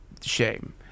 shame